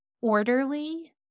orderly